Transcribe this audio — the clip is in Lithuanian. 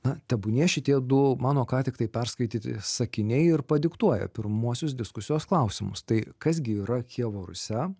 na tebūnie šitie du mano ką tiktai perskaityti sakiniai ir padiktuoja pirmuosius diskusijos klausimus tai kas gi yra kijevo rusia